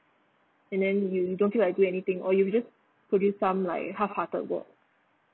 and then you you don't feel like do anything or you just produce some like half-hearted work